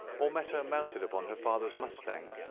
or met her mounted upon her father's mustang,